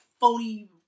phony